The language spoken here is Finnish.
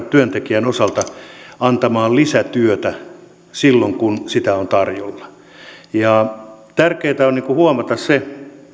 työntekijän osalta antamaan lisätyötä silloin kun sitä on tarjolla ja tärkeätä on huomata se